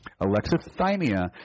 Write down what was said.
Alexithymia